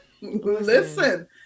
Listen